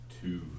two